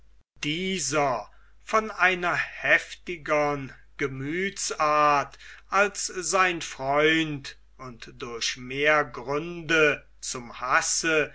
dieser von einer heftigern gemüthsart als sein freund und durch mehr gründe zum hasse